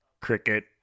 Cricket